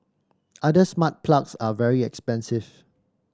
other smart plugs are very expensive